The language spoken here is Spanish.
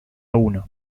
uno